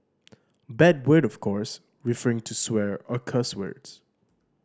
bad word of course referring to swear or cuss words